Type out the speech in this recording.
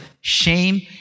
shame